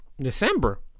December